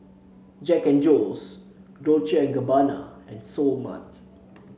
Jack And Jones Dolce and Gabbana and Seoul Mart